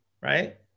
Right